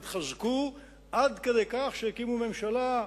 התחזקו עד כדי כך שהקימו ממשלה,